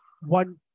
one